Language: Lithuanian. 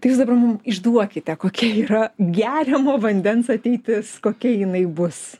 tai jūs dabar mum išduokite kokia yra geriamo vandens ateitis kokia jinai bus